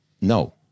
no